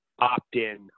opt-in